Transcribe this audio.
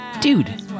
dude